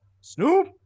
Snoop